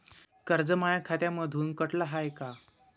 कर्ज माया खात्यामंधून कटलं हाय का?